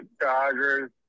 Chargers